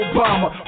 Obama